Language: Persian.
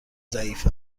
ضعیف